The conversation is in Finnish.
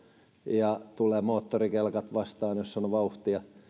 ja tulee vastaan moottorikelkat joissa on vauhtia